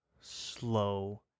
slow